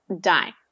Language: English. die